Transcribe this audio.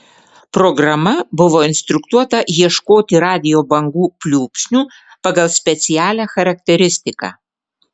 programa buvo instruktuota ieškoti radijo bangų pliūpsnių pagal specialią charakteristiką